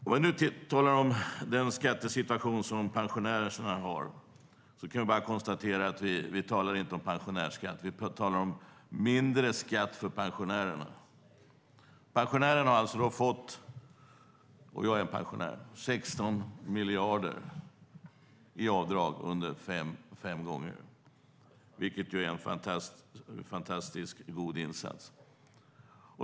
Om vi nu talar om den skattesituation som pensionärerna har kan jag bara konstatera att vi inte talar om pensionärsskatt. Vi talar om mindre skatt för pensionärerna. Pensionärerna har fått - och jag är en pensionär - 16 miljarder i avdrag fem gånger, vilket är en fantastiskt god insats.